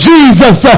Jesus